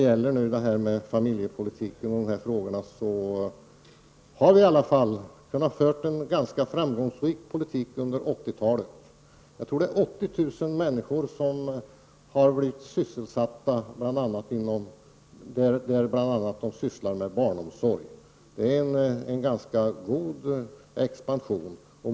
Vi har i alla fail fört en ganska framgångsrik familjepolitik under 80-talet. Jag tror att det är 80 000 människor som sysselsätts inom barnomsorgen. Det är en ganska god expansion.